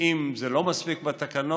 ואם זה לא מספיק בתקנות,